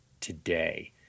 today